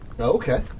Okay